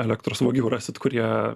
elektros vagių rasit kurie